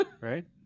Right